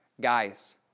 Guys